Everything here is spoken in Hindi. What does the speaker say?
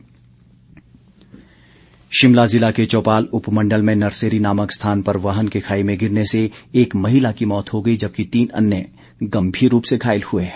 दुर्घटना शिमला जिला के चौपाल उपमंडल में नरसेरी नामक स्थान पर वाहन के खाई में गिरने से एक महिला की मौत हो गई जबकि तीन अन्य गंभीर रूप से घायल हुए हैं